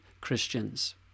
Christians